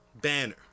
banner